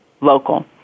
local